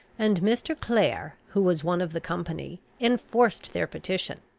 and mr. clare, who was one of the company, enforced their petition.